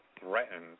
threatened